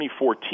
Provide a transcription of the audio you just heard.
2014